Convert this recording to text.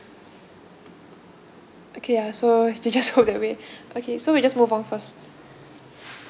okay uh so you just hold that way okay so we just move on first